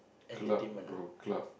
club go club